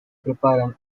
preparan